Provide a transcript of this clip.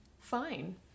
Fine